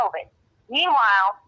Meanwhile